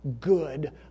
good